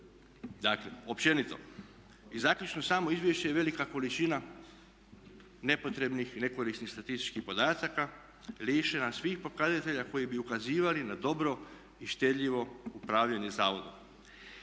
razdoblja. I zaključno, samo izvješće je velika količina nepotrebnih i nekorisnih statističkih podataka lišena svih pokazatelja koji bi ukazivali na dobro i štedljivo upravljanje zavodom.